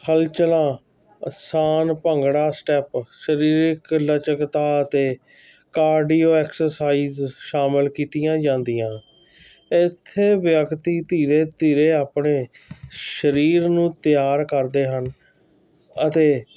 ਹਲਚਲਾਂ ਆਸਾਨ ਭੰਗੜਾ ਸਟੈਪ ਸਰੀਰਕ ਲਚਕਤਾ ਅਤੇ ਕਾਰਡੀਓ ਐਕਸਰਸਾਈਜ ਸ਼ਾਮਿਲ ਕੀਤੀਆਂ ਜਾਂਦੀਆਂ ਇੱਥੇ ਵਿਅਕਤੀ ਧੀਰੇ ਧੀਰੇ ਆਪਣੇ ਸਰੀਰ ਨੂੰ ਤਿਆਰ ਕਰਦੇ ਹਨ ਅਤੇ